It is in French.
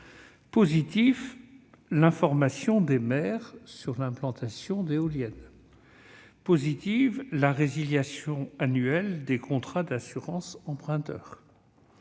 Positive, l'information des maires sur l'implantation d'éoliennes. Positive, la résiliation annuelle des contrats d'assurance emprunteur.